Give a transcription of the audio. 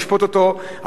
לשפוט אותו,